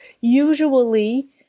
usually